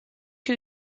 two